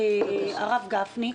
הרב גפני,